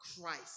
Christ